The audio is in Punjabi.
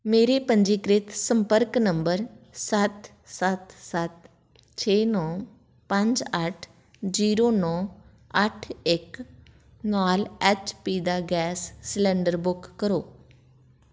ਮੇਰੇ ਪੰਜੀਕ੍ਰਿਤ ਸੰਪਰਕ ਨੰਬਰ ਸੱਤ ਸੱਤ ਸੱਤ ਛੇ ਨੌ ਪੰਜ ਅੱਠ ਜ਼ੀਰੋ ਨੌ ਅੱਠ ਇੱਕ ਨਾਲ ਐਚ ਪੀ ਦਾ ਗੈਸ ਸਿਲੰਡਰ ਬੁੱਕ ਕਰੋ